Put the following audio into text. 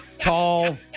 tall